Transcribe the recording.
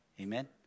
Amen